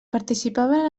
participaven